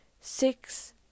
six